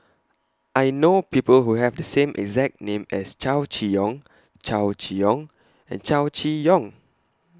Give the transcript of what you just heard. I know People Who Have The same exact name as Chow Chee Yong Chow Chee Yong and Chow Chee Yong